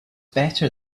better